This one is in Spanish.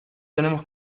tenemos